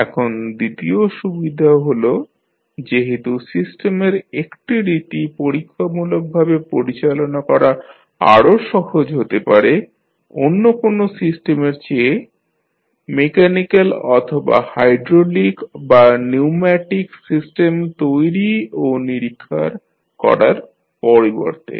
এখন দ্বিতীয় সুবিধা হল যেহেতু সিস্টেমের একটি রীতি পরীক্ষামূলকভাবে পরিচালনা করা আরো সহজ হতে পারে অন্য কোনো সিস্টেমের চেয়ে মেকানিক্যাল অথবা হাইড্রোলিক বা নিউম্যাটিক সিস্টেম তৈরি ও নিরীক্ষা করার পরিবর্তে